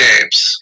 games